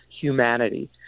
humanity